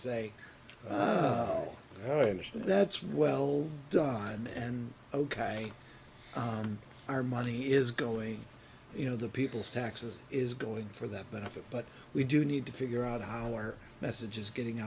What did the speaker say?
say oh interesting that's well done and ok our money is going you know the people's taxes is going for that benefit but we do need to figure out how our message is getting